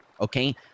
okay